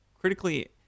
critically